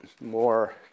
more